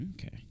Okay